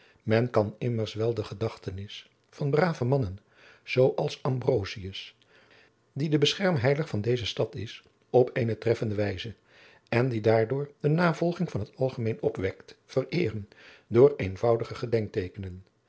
men kan immers wel de gedachtenis van brave mannen zoo als ambrosius die de beschermheilig van deze stad is op eene treffende wijze en die daardoor de navolging van het algemeen opwekt vereeren door eenvoudige